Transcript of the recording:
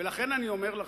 לכן אני אומר לכם,